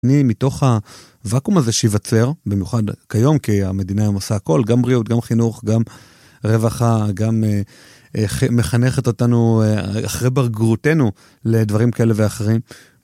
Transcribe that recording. מתוך הוואקום הזה שייבצר, במיוחד כיום, כי המדינה היום עושה הכל, גם בריאות, גם חינוך, גם רווחה, גם מחנכת אותנו אחרי בגרותנו לדברים כאלה ואחרים.